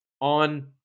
on